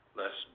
less